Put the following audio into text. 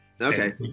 Okay